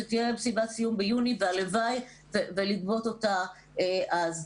כשתהיה מסיבת סיום ביוני הלוואי ולגבות אותה אז.